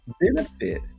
benefit